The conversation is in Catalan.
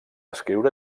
escriure